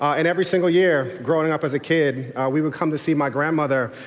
and every single year growing up as a kid we would come to see my grandmother.